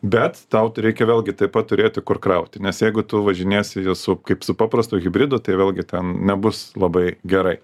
bet tau reikia vėlgi taip pat turėti kur krauti nes jeigu tu važinėsi su kaip su paprastu hibridu tai vėlgi ten nebus labai gerai